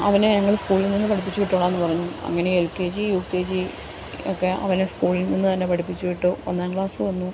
അവനെ ഞങ്ങൾ സ്കൂളിൽനിന്ന് പഠിപ്പിച്ച് വിട്ടോളാം എന്ന് പറഞ്ഞു അങ്ങനെ L K G U K G ഒക്കെ അവനെ സ്കൂളിൽനിന്ന് തന്നെ പഠിപ്പിച്ചു വിട്ടു ഒന്നാം ക്ലാസ് വന്നു